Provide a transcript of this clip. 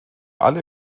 alle